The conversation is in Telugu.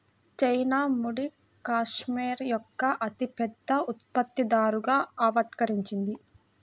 చైనా ముడి కష్మెరె యొక్క అతిపెద్ద ఉత్పత్తిదారుగా అవతరించింది